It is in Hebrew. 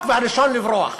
והראשון לברוח